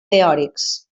teòrics